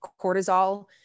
cortisol